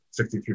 63